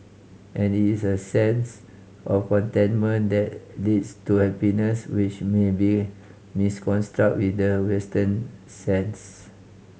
and is a sense of contentment that leads to happiness which may be misconstrued with the Western sense